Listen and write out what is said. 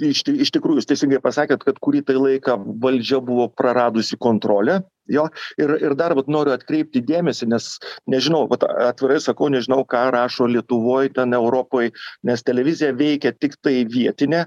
iš iš tikrųjų jūs teisingai pasakėt kad kurį tai laiką valdžia buvo praradusi kontrolę jo ir ir dar vat noriu atkreipti dėmesį nes nežinau atvirai sakau nežinau ką rašo lietuvoj ten europoj nes televizija veikia tiktai vietinė